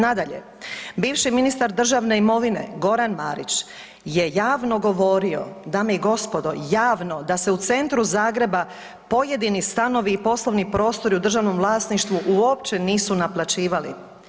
Nadalje, bivši ministar državne imovine, Goran Marić je javno govorio, dame i gospodo, javno, da se u centru Zagreba pojedini stanovi i poslovni prostori u državnom vlasništvu uopće nisu naplaćivali.